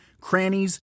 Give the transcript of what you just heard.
crannies